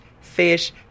fish